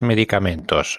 medicamentos